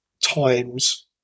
times